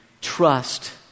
trust